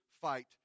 fight